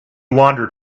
wandered